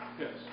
Yes